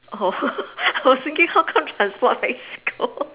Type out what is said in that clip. oh I was thinking how come transport lets you go